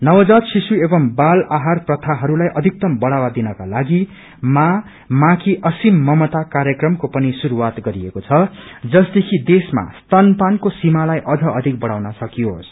नवजात शिशु एवं बाल आहार प्रथाहरूलाई अथक्तम बढ़ावा दिनका लागि माँ माँ की असिम ममता कार्यक्रमको पनि शुरूआत गरिएको छ जसदेखि देशमा स्तनपानको सिमालाई अझ अधिक बढ़ाउन सकियोस